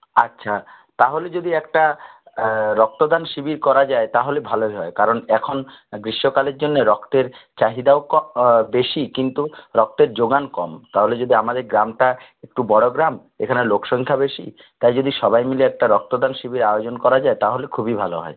আচ্ছা তাহলে যদি একটা রক্তদান শিবির করা যায় তাহলে ভালোই হয় কারণ এখন গ্রীষ্মকালের জন্য রক্তের চাহিদাও কম বেশি কিন্তু রক্তের জোগান কম তাহলে যদি আমাদের গ্রামটা একটু বড়ো গ্রাম এখানে লোকসংখ্যা বেশি তাই যদি সবাই মিলে একটা রক্তদান শিবির আয়োজন করা যায় তাহলে খুবই ভালো হয়